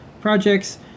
projects